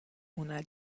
una